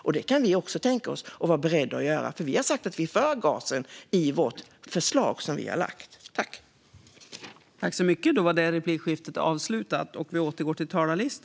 Vi kan också tänka oss det, för vi är för denna gas i det förslag vi har lagt fram.